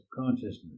consciousness